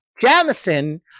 Jamison